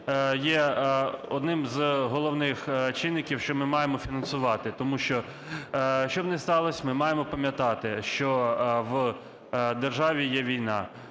є одним з головних чинників, що ми маємо фінансувати, тому що, що б не сталось, ми маємо пам'ятати, що в державі є війна.